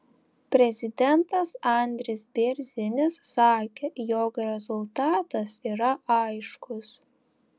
prezidentas andris bėrzinis sakė jog rezultatas yra aiškus